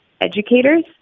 educators